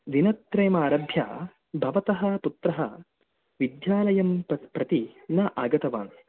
दिनत्रयमारभ्य भवतः पुत्रः विध्यालयं प्र प्रति न आगतवान्